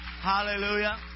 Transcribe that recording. Hallelujah